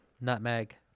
nutmeg